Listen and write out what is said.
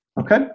okay